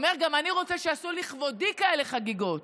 ואומר: גם אני רוצה שיעשו לכבודי כאלה חגיגות.